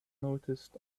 noticed